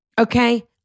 Okay